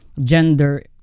gender